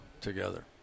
together